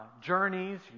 journeys